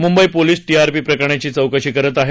Mumbai police TRP प्रकरणाची चौकशी करत आहेत